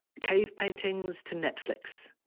cave paintings to netflix,